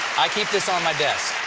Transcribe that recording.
i keep this on my desk.